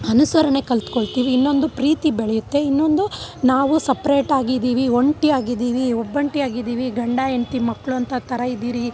ಅನುಸರಣೆ ಕಲಿತ್ಕೊಳ್ತೀವಿ ಇನ್ನೊಂದು ಪ್ರೀತಿ ಬೆಳೆಯುತ್ತೆ ಇನ್ನೊಂದು ನಾವು ಸಪ್ರೇಟಾಗಿದ್ದೀವಿ ಒಂಟಿಯಾಗಿದ್ದೀವಿ ಒಬ್ಬಂಟಿಯಾಗಿದ್ದೀವಿ ಗಂಡ ಹೆಂಡ್ತಿ ಮಕ್ಕಳು ಅಂತ ಆ ಥರಾ ಇದ್ದೀರಿ